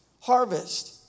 harvest